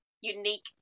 unique